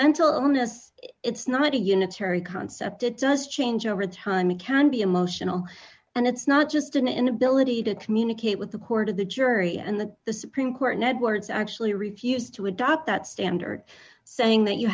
mental illness it's not a unitary concept it does change over time it can be emotional and it's not just an inability to communicate with the court of the jury and that the supreme court networks actually refused to adopt that standard saying that you